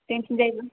जोंनिथिंजायबो